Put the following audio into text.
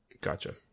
Gotcha